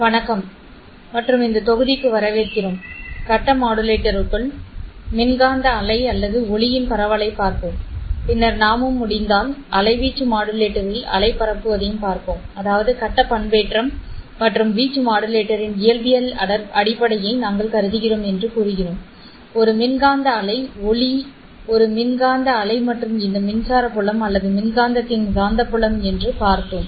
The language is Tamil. வணக்கம் மற்றும் இந்த தொகுதிக்கு வரவேற்கிறோம் கட்ட மாடுலேட்டருக்குள் மின்காந்த அலை அல்லது ஒளியின் பரவலைப் பார்ப்போம் பின்னர் நாமும் முடிந்தால் அலை வீச்சு மாடுலேட்டரில் அலை பரப்புவதையும் பார்ப்போம் அதாவது கட்ட பண்பேற்றம் மற்றும் வீச்சு மாடுலேட்டரின் இயற்பியல் அடிப்படையை நாங்கள் கருதுகிறோம் என்று கூறுகிறோம் ஒரு மின்காந்த அலை ஒளி ஒரு மின்காந்த அலை மற்றும் இந்த மின்சார புலம் அல்லது மின்காந்தத்தின் காந்தப்புலம் என்று பார்த்தோம்